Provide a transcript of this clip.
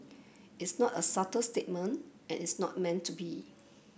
it's not a subtle statement and it's not meant to be